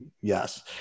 Yes